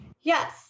Yes